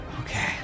Okay